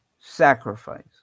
sacrifice